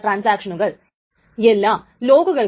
transaction 1 x നെ എഴുതി